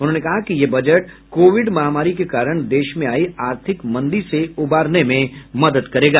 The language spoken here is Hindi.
उन्होंने कहा कि ये बजट कोविड महामारी के कारण देश में आयी आर्थिक मंदी से उबारने में मदद करेगा